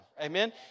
amen